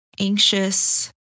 anxious